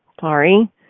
sorry